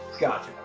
Gotcha